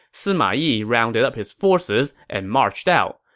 sima yi rounded up his forces and marched out.